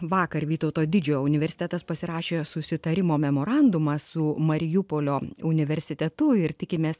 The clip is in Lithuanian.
vakar vytauto didžiojo universitetas pasirašė susitarimo memorandumą su marijupolio universitetu ir tikimės